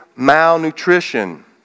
malnutrition